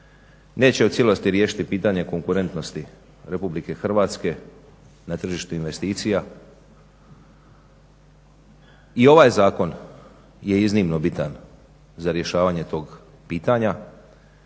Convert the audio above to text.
neće u cijelosti riješiti pitanje konkurentnosti RH na tržištu investicija. I ovaj zakon je iznimno bitan za rješavanje tog pitanja